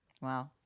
Wow